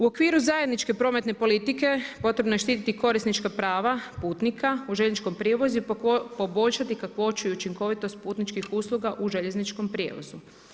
U okviru zajedničke prometne politike potrebno je štiti korisnička prava putnika u željezničkom prijevozu i poboljšati kakvoću i učinkovitost putničkih usluga u željezničkom prijevozu.